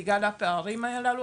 בגלל הפערים האלה,